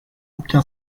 aucun